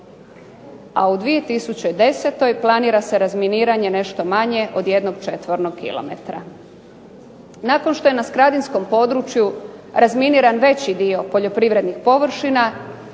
a u 2010. planira se razminiranje nešto manje od 1 km2. Nakon što je na skradinskom području razminiran veći dio poljoprivrednih površina